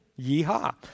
Yeehaw